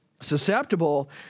susceptible